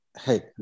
hey